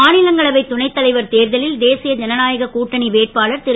மாநிலங்களவை துணை தலைவர் தேர்தலில் தேசிய தனநாயக கூட்டணி வேட்பாளர் திரு